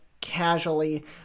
casually